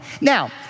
Now